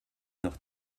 noch